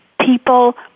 people